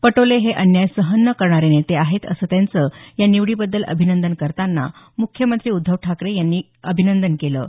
पटोले हे अन्याय सहन न करणारे नेते आहेत असं त्यांचं या निवडीबद्दल अभिनंदन करताना मुख्यमंत्री उद्धव ठाकरे यांनी म्हटलं आहे